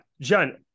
John